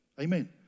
Amen